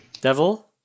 Devil